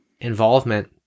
involvement